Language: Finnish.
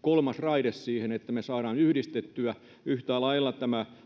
kolmas raide siihen että me saamme yhdistettyä yhtä lailla